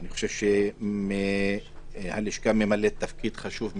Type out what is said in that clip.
אני חושב שהלשכה ממלאת תפקיד חשוב מאוד.